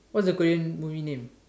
what's the Korean movie name